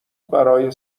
برای